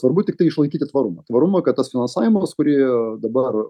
svarbu tiktai išlaikyti tvarumą tvarumą kad tas finansavimas kuri dabar